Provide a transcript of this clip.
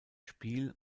spiel